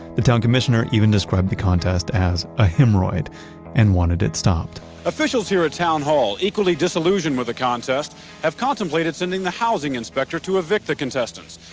the town commissioner even described the contest as a hemorrhoid and wanted it stopped officials here at town hall equally disillusioned with the contest have contemplated sending the housing inspector to evict the contestants.